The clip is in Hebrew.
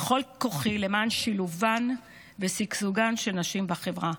בכל כוחי למען שילובן ושגשוגן של נשים בחברה.